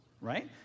Right